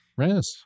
Yes